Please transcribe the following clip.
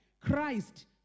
Christ